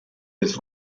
his